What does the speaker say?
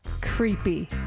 Creepy